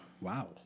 Wow